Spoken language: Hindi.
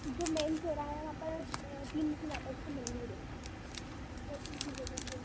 जो मेन चौराहा है वहाँ पर तीनमुखी माता जी का मंदिर है उसी जगह पे